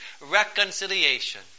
reconciliation